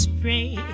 pray